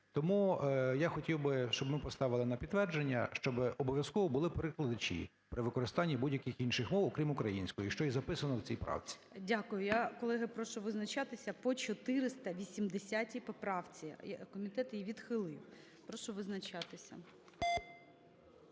Тому я хотів би, щоб ми поставили на підтвердження, щоб обов'язково були перекладачі при використанні будь-яких інших мов, окрім української, що і записано в цій правці. ГОЛОВУЮЧИЙ. Дякую. Колеги, прошу визначатися по 480-й поправці. Комітет її відхилив. Прошу визначатися.